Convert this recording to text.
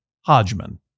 Hodgman